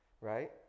right